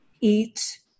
eat